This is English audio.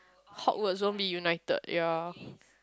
Hogwarts won't be united ya